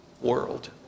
world